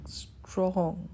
strong